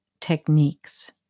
techniques